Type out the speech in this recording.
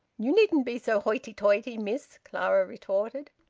you needn't be so hoity-toity, miss, clara retorted.